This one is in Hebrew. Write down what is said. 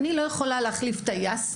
אני לא יכולה להחליף טייס.